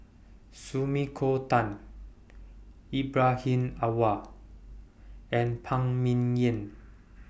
Sumiko Tan Ibrahim Awang and Phan Ming Yen